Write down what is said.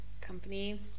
company